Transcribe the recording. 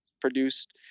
produced